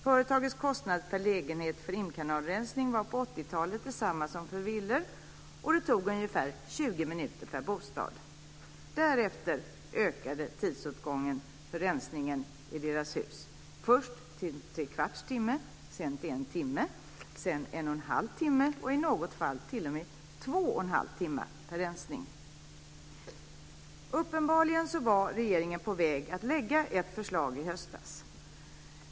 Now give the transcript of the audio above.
Företagets kostnad per lägenhet för imkanalrensning var på 80-talet densamma som för villor, och det tog ungefär 20 minuter per bostad. Därefter ökade tidsåtgången för rensningen i deras hus, först till trekvarts timme, sedan till en timme, därefter till en och en halv timme och i något fall t.o.m. till två och en halv timme per rensning. Uppenbarligen var regeringen på väg att lägga fram ett förslag i höstas.